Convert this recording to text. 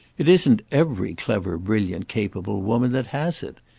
it isn't every clever brilliant capable woman that has it.